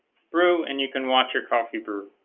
through and you can watch your coffee brew